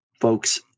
folks